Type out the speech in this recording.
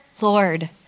Lord